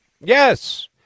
Yes